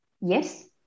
Yes